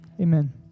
amen